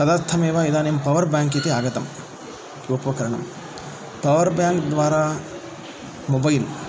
तदर्थमेव इदानीं power bank इति आगतं उपकरणं पवर् बेङ्क् द्वारा मोबैल्